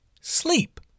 sleep